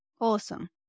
awesome